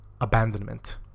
abandonment